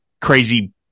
crazy